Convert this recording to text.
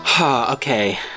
Okay